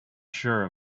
sure